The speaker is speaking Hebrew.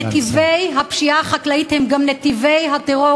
ונתיבי הפשיעה החקלאית הם גם נתיבי הטרור,